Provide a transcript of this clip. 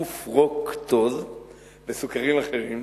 וסוכרים אחרים,